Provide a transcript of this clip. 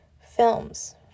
Films